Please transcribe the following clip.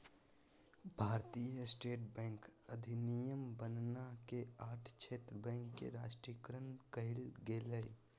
भारतीय state bank अधिनियम बनना के आठ क्षेत्र बैंक के राष्ट्रीयकरण कइल गेलय